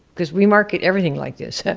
cause we market everything like this.